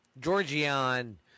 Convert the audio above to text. Georgian